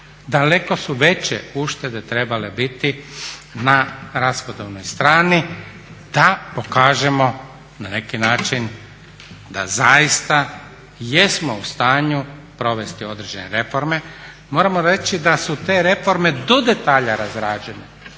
Daleko su veće uštede trebale biti na rashodovnoj strani da pokažemo na neki način da zaista jesmo u stanju provesti određene reforme. Moramo reći da su te reforme do detalja razrađene